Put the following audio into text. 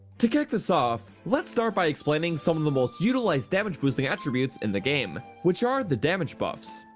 to kick this off, lets start by explaining some of the most utilized damage boosting attributes in the game, which are the damage buffs.